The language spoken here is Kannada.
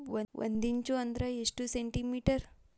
ಒಂದಿಂಚು ಅಂದ್ರ ಎಷ್ಟು ಸೆಂಟಿಮೇಟರ್?